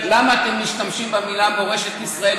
למה אתם משתמשים במילה "מורשת ישראל",